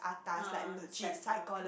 ah center